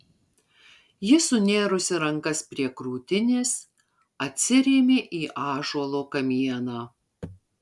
ji sunėrusi rankas prie krūtinės atsirėmė į ąžuolo kamieną